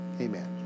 amen